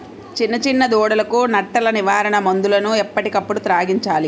చిన్న చిన్న దూడలకు నట్టల నివారణ మందులను ఎప్పటికప్పుడు త్రాగించాలి